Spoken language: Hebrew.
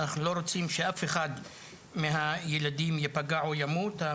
אנחנו לא רוצים שאף אחד מהילדים ייפגע או ימות,